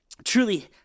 truly